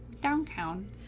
downtown